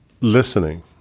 listening